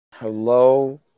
Hello